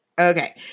Okay